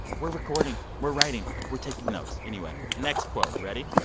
we're recording. we're writing. we're taking notes. anyway, next quote ready?